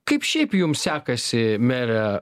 kaip šiaip jums sekasi mere